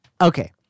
Okay